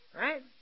Right